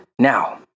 Now